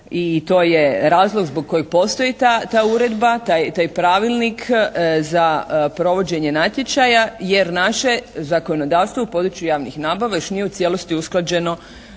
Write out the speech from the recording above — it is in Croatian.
i to je razlog zbog kojeg postoji ta uredba, taj pravilnik za provođenje natječaja jer naše zakonodavstvo u području javnih nabava još nije u cijelosti usklađeno